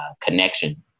connection